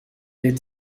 est